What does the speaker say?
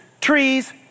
trees